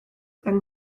yng